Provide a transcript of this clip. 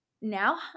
now